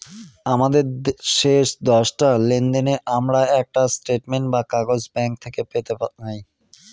আমাদের শেষ দশটা লেনদেনের আমরা একটা স্টেটমেন্ট বা কাগজ ব্যাঙ্ক থেকে পেতে পাই